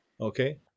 okay